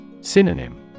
Synonym